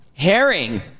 Herring